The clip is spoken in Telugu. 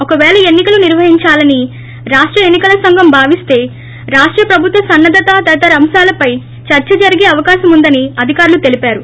ఒకవేళ ఎన్ని కెలు నిర్వహించాలని రాష్ట ఎన్ని కల సంఘం భావిస్తే రాష్ట ప్రభుత్వ సన్నద్గత తదితర అంశాలపై చర్స జరిగే అవకాశముందని అధికారులు తెలిపారు